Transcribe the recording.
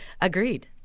agreed